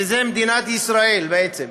שזה מדינת ישראל, בעצם,